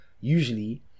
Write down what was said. usually